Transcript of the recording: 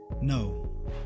No